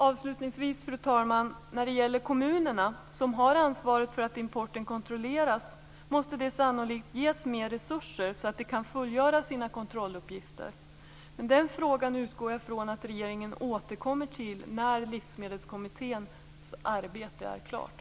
Avslutningsvis, fru talman, vill jag säga att kommunerna, som har ansvaret för att importen kontrolleras, sannolikt måste ges mera resurser så att de kan fullgöra sina kontrolluppgifter. Jag utgår från att regeringen återkommer till den frågan när Livsmedelskommitténs arbete är klart.